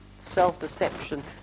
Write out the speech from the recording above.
self-deception